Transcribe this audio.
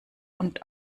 und